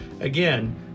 Again